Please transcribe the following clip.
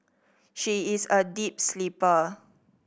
she is a deep sleeper